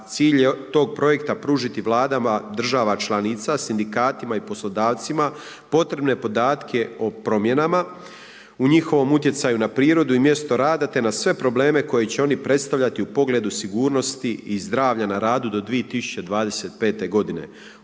Cilj je tog projekta pružiti vladama država članica sindikatima i poslodavcima potrebne podatke o promjenama u njihovom utjecaju na prirodu i mjesto rada, te na sve probleme koje će oni predstavljati u pogledu sigurnosti i zdravlja na radu do 2025 godine.